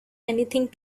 anything